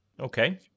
okay